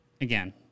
again